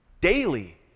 daily